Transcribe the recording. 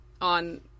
on